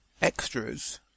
extras